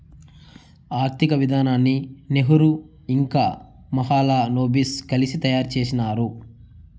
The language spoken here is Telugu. ఆర్థిక విధానాన్ని నెహ్రూ ఇంకా మహాలనోబిస్ కలిసి తయారు చేసినారు